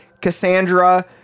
Cassandra